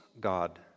God